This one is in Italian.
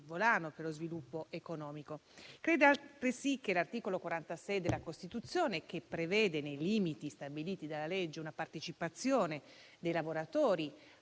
volano per lo sviluppo economico. Crede altresì che l'articolo 46 della Costituzione, che prevede nei limiti stabiliti dalla legge una partecipazione dei lavoratori